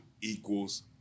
equals